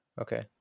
okay